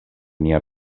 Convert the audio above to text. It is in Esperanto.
nia